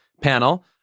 panel